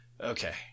Okay